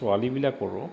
ছোৱালীবিলাক কৰোঁ